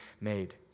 made